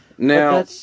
Now